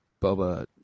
Boba